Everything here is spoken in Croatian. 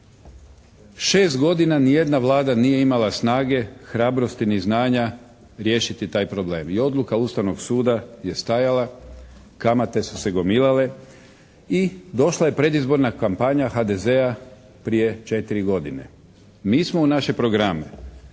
6 godina ni jedna vlada nije imala snage, hrabrosti ni znanja riješiti taj problem. I odluka Ustavnog suda je stajala. Kamate su se gomilale. I došla je predizborna kampanja HDZ-a prije 4 godine. Mi smo u naše programe